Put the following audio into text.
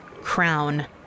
crown